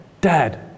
dad